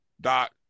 doc